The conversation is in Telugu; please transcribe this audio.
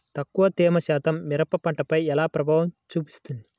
తక్కువ తేమ శాతం మిరప పంటపై ఎలా ప్రభావం చూపిస్తుంది?